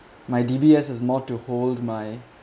my D_B_S has more to hold my